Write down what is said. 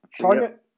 Target